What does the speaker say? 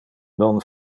non